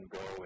go